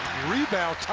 rebound,